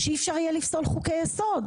שאי אפשר יהיה לפסול חוקי יסוד,